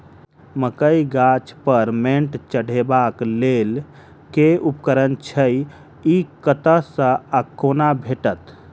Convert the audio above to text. मकई गाछ पर मैंट चढ़ेबाक लेल केँ उपकरण छै? ई कतह सऽ आ कोना भेटत?